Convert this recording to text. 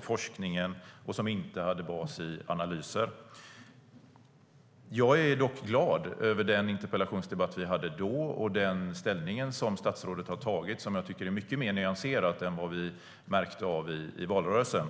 forskning och analyser. Jag är dock glad över den interpellationsdebatt vi hade då och den ställning statsrådet intagit, vilken jag tycker är mycket mer nyanserad än den vi märkte av i valrörelsen.